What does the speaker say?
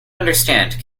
understand